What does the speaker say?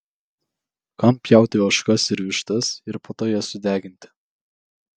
kam pjauti ožkas ir vištas ir po to jas sudeginti